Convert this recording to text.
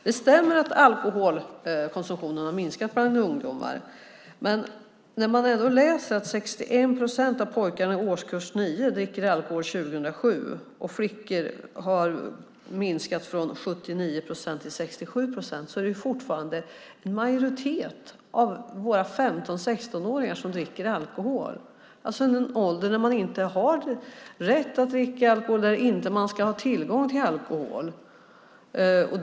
Det stämmer att alkoholkonsumtionen har minskat bland ungdomar, men man kan läsa att 61 procent av pojkarna i årskurs 9 drack alkohol 2007 och att det för flickor har minskat från 79 procent till 67 procent. Då är det fortfarande en majoritet av våra 15 och 16-åringar som dricker alkohol, och det är i en ålder när man inte har rätt att dricka alkohol och man inte ska ha tillgång till alkohol.